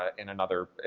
ah in another,